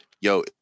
yo